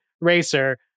Racer